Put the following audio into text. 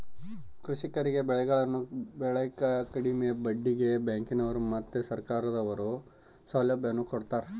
ಕೃಷಿಕರಿಗೆ ಬೆಳೆಗಳನ್ನು ಬೆಳೆಕ ಕಡಿಮೆ ಬಡ್ಡಿಗೆ ಬ್ಯಾಂಕಿನವರು ಮತ್ತೆ ಸರ್ಕಾರದವರು ಸೌಲಭ್ಯವನ್ನು ಕೊಡ್ತಾರ